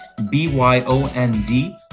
BYOND